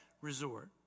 resort